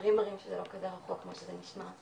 מחקרים מראים שזה לא כזה רחוק כמו שזה נשמע,